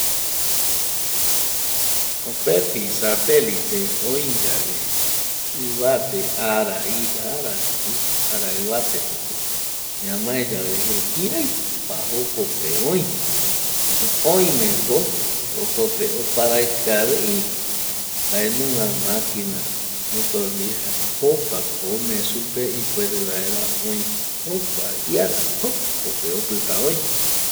Mopeti satelite oiyave ivate ara i ara rupi ara ivate koti ñamae yave je kiraipa jokope öi, oimeko jokope oparaiki avei mbaenunga maquina imotor ndie jaema jokuako ome supe ipuere vaera oi jokua iarambo jokope opita öi